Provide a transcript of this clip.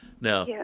Now